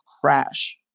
crash